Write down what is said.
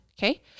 Okay